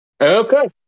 Okay